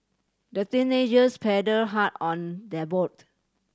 the teenagers paddle hard on their boat